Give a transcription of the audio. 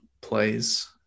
plays